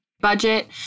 Budget